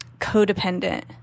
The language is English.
codependent